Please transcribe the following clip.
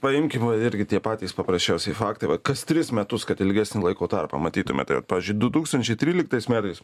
paimkim irgi tai patys paprasčiausi faktai vat kas tris metus kad ilgesnį laiko tarpą matytume pavyzdžiui du tūkstančiai tryliktais metais